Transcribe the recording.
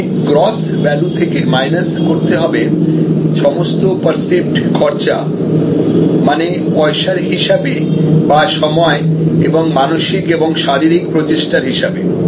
এখানে gross value থেকে minus করতে হবে সমস্ত পার্সিভড খরচা মানে পয়সার হিসাবে বা সময় এবং মানসিক এবং শারীরিক প্রচেষ্টার হিসাবে